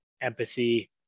empathy